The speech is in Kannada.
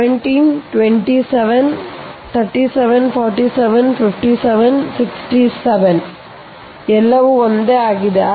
ಆದ್ದರಿಂದ 17 27 37 47 57 67 ಎಲ್ಲವೂ ಒಂದೇ ಆಗಿವೆ